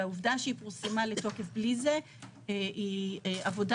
העובדה שהיא פורסמה לתוקף בלי זה היא עבודה